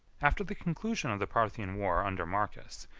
after the conclusion of the parthian war under marcus,